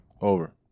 Over